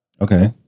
Okay